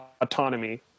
autonomy